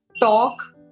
talk